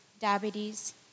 diabetes